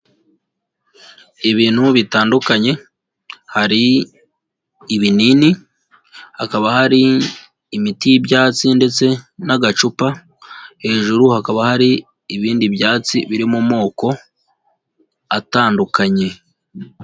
Ibintu bitandukanye hari ibinini, hakaba hari imiti y'ibyatsi ndetse n'agacupa, hejuru hakaba hari ibindi byatsi biri mu moko atandukanye.